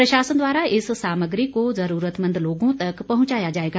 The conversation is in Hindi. प्रशासन द्वारा इस सामग्री को ज़रूरतमंद लोगों तक पहुंचाया जाएगा